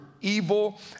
evil